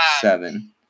Seven